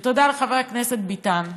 תודה לחבר הכנסת ביטן.